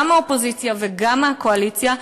גם מהאופוזיציה וגם מהקואליציה,